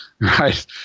Right